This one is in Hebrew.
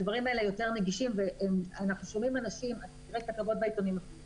הדברים האלה יותר נגישים תראה כתבות בעיתונים אפילו